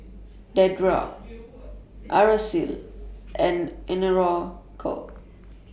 Dedra Araceli and Enrico